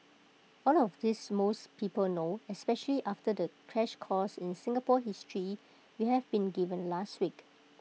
all of this most people know especially after the crash course in Singapore history we have been given last week